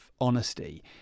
honesty